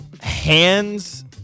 Hands